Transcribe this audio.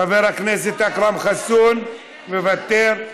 חבר הכנסת אכרם חסון, מוותר.